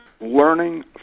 learning